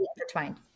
intertwined